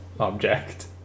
object